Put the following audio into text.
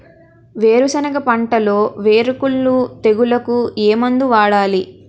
వేరుసెనగ పంటలో వేరుకుళ్ళు తెగులుకు ఏ మందు వాడాలి?